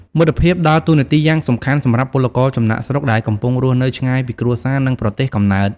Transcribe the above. មិត្តភាពដើរតួនាទីយ៉ាងសំខាន់សម្រាប់ពលករចំណាកស្រុក ដែលកំពុងរស់នៅឆ្ងាយពីក្រុមគ្រួសារ និងប្រទេសកំណើត ។